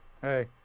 Hey